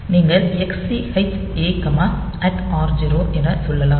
நீங்கள் XCH A R0 என சொல்லலாம்